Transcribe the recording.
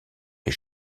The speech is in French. des